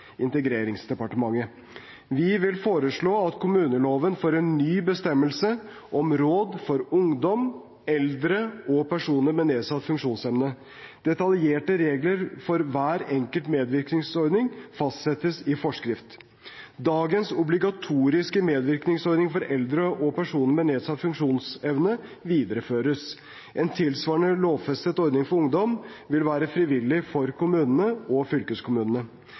integreringsdepartementet. Vi vil foreslå at kommuneloven får en ny bestemmelse om råd for ungdom, eldre og personer med nedsatt funksjonsevne. Detaljerte regler for hver enkelt medvirkningsordning fastsettes i forskrift. Dagens obligatoriske medvirkningsordninger for eldre og personer med nedsatt funksjonsevne videreføres. En tilsvarende lovfestet ordning for ungdom vil være frivillig for kommunene og fylkeskommunene.